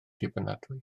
dibynadwy